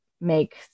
make